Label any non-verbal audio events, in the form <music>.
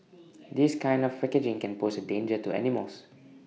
<noise> this kind of packaging can pose A danger to animals